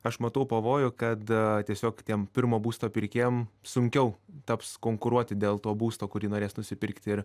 aš matau pavojų kad tiesiog tiem pirmo būsto pirkėjam sunkiau taps konkuruoti dėl to būsto kurį norės nusipirkt ir